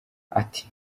ati